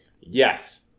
Yes